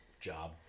job